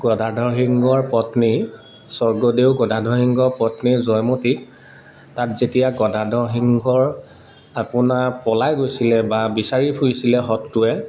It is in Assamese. গদাধৰ সিংহৰ পত্নী স্বৰ্গদেউ গদাধৰ সিংহৰ পত্নী জয়মতীক তাত যেতিয়া গদাধৰ সিংহৰ আপোনাৰ পলাই গৈছিলে বা বিচাৰি ফুৰিছিলে শত্ৰুৱে